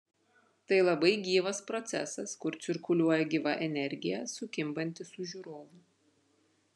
tai labai gyvas procesas kur cirkuliuoja gyva energija sukimbanti su žiūrovu